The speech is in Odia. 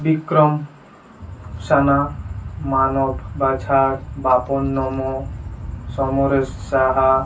ବିକ୍ରମ ସାନା ମାନବ ବାଛାଡ଼ ବାପନ ନମ ସମରେଶ ସାହା